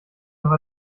noch